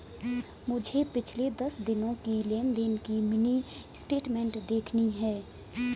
मुझे पिछले दस दिनों की लेन देन की मिनी स्टेटमेंट देखनी है